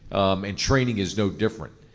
and training is no different.